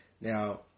Now